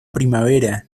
primavera